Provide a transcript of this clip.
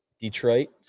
Detroit